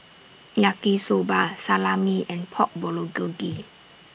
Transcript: Yaki Soba Salami and Pork Bulgogi